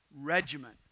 regiment